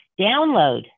Download